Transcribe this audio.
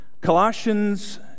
Colossians